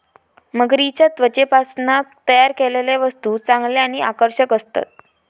मगरीच्या त्वचेपासना तयार केलेले वस्तु चांगले आणि आकर्षक असतत